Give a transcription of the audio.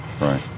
Right